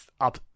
up